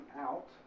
out